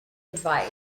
advice